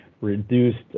reduced